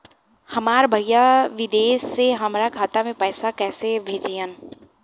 हमार भईया विदेश से हमारे खाता में पैसा कैसे भेजिह्न्न?